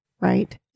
Right